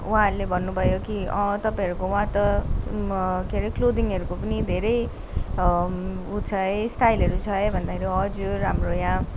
उहाँहरूले भन्नुभयो कि अँ तपाईँहरूको वहाँ त के अरे क्लोदिङको पनि धरै उ छ है स्टाइलहरू छ है भन्दाखेरि हजुर हाम्रो यहाँ